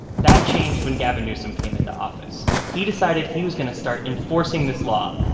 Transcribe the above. that changed when gavin newsom came into office. he decided he was going to start enforcing this law,